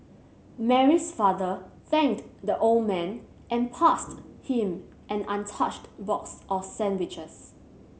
Mary's father thanked the old man and passed him an untouched box of sandwiches